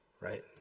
right